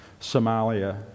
Somalia